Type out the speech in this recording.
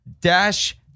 Dash